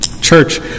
Church